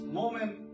moment